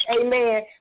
amen